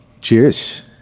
Cheers